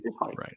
Right